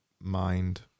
mind